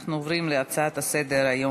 אנחנו עוברים להצעות הבאות לסדר-היום,